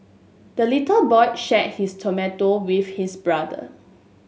the little boy shared his tomato with his brother